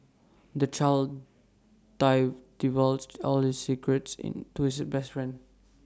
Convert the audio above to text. the child divulged all his secrets to his best friend